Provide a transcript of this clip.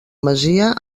masia